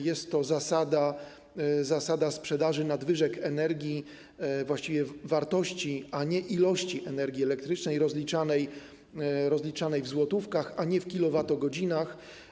Jest to zasada sprzedaży nadwyżek energii, właściwie wartości, a nie ilości energii elektrycznej rozliczanej w złotówkach, a nie w kilowatogodzinach.